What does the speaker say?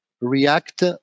react